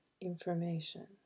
information